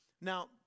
Now